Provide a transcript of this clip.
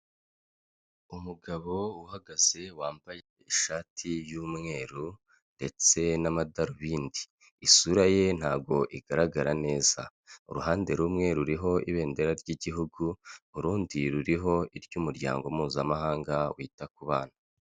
Umugabo uhagaze wambaye ishati y'umweru ndetse n'amadarubindi, isura ye ntabwo igaragara neza, uruhande rumwe ruriho ibendera ry'igihugu, urundi ruriho iry'umuryango mpuzamahanga wita ku bana.